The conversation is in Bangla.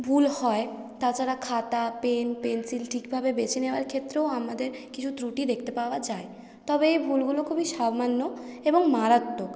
ভুল হয় তাছাড়া খাতা পেন পেন্সিল ঠিকভাবে বেছে নেওয়ার ক্ষেত্রেও আমাদের কিছু ত্রুটি দেখতে পাওয়া যায় তবে এই ভুলগুলো খুবই সামান্য এবং মারাত্মক